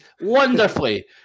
wonderfully